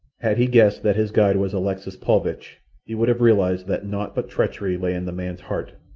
had he guessed that his guide was alexis paulvitch he would have realized that naught but treachery lay in the man's heart,